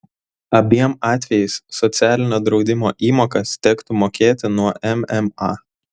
abiem atvejais socialinio draudimo įmokas tektų mokėti nuo mma